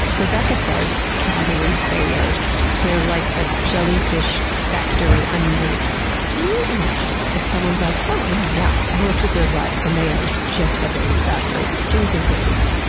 rebecca says by-the-wind sailors are like a jellyfish factory underneath. can you imagine if someone's like, oh wow, yeah i looked at their butt and they are just a baby factory. oozing babies.